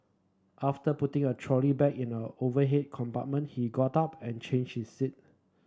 after putting a trolley bag in the overhead compartment he got up and changed his seat